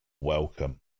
Welcome